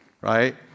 right